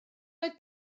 oedd